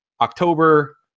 October